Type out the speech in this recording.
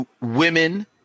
women